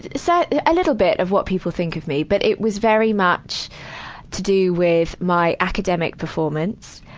so a little bit of what people think of me. but it was very much to do with my academic performance,